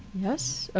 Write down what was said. yes?